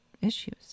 issues